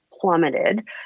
plummeted